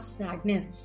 sadness